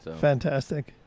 fantastic